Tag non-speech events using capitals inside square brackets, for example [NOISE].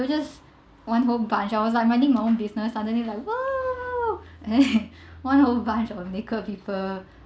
were just one whole bunch I always like minding my own business suddenly like !woo! !wow! [LAUGHS] one whole bunch of naked people